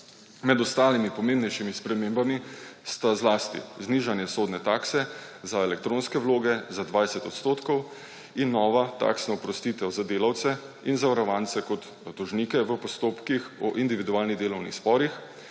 Med ostalimi pomembnejšimi spremembami sta zlasti znižanje sodne takse za elektronske vloge za 20 odstotkov in nova taksna oprostitev za delavce in zavarovance kot tožnike v postopkih o individualnih delovnih sporih